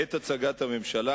בעת הצגת הממשלה,